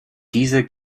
dieser